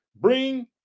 bring